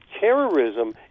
terrorism